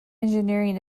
engineering